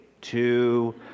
two